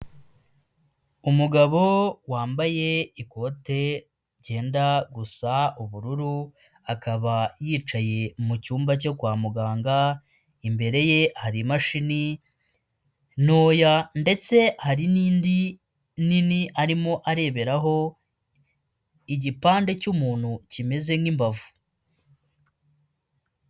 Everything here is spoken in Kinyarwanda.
Umugabo wambaye ikote ryenda gusa ubururu, akaba yicaye mu cyumba cyo kwa muganga, imbere ye hari imashini ntoya ndetse hari n'indi nini arimo areberaho igipande cy'umuntu kimeze nk'imbavu.